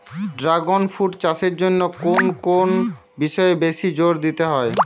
Dragon fruit চাষের জন্য কোন কোন বিষয়ে বেশি জোর দিতে হয়?